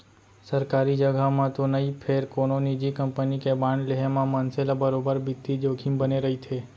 सरकारी जघा म तो नई फेर कोनो निजी कंपनी के बांड लेहे म मनसे ल बरोबर बित्तीय जोखिम बने रइथे